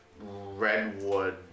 redwood